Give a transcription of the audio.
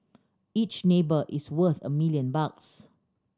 each neighbour is worth a million bucks